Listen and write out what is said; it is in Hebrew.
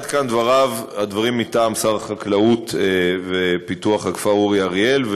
עד כאן הדברים מטעם שר החקלאות ופיתוח הכפר אורי אריאל.